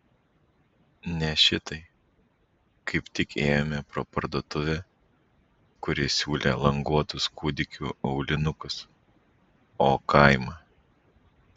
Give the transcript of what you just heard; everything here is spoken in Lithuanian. ne šitai kaip tik ėjome pro parduotuvę kuri siūlė languotus kūdikių aulinukus o kaimą